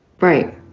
Right